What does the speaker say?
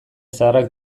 zaharrak